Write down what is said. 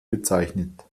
bezeichnet